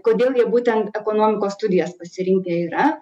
kodėl jie būtent ekonomikos studijas pasirinkę yra